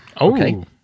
Okay